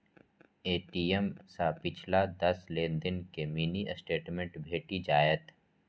ATM सं पिछला दस लेनदेन के मिनी स्टेटमेंट भेटि जायत